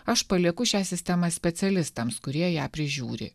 aš palieku šią sistemą specialistams kurie ją prižiūri